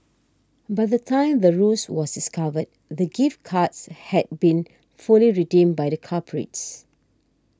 by the time the ruse was discovered the gift cards had been fully redeemed by the culprits